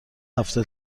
هفته